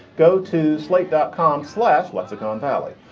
go to slate dot com. slash lexicon valley.